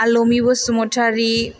आल'मि Basumatary